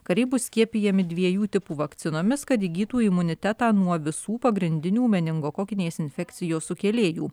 kariai bus skiepijami dviejų tipų vakcinomis kad įgytų imunitetą nuo visų pagrindinių meningokokinės infekcijos sukėlėjų